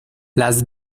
las